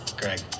greg